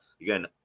again